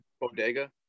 Bodega